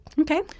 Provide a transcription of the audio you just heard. Okay